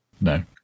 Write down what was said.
no